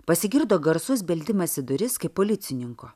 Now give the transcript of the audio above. pasigirdo garsus beldimas į duris kaip policininko